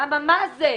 למה, מה זה?